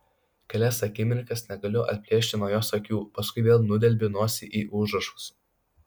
kelias akimirkas negaliu atplėšti nuo jos akių paskui vėl nudelbiu nosį į užrašus